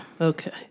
Okay